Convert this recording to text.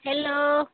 hello